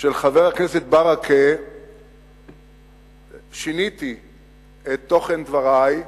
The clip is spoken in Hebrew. של חבר הכנסת ברכה שיניתי את תוכן דברי,